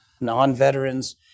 non-veterans